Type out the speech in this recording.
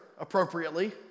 appropriately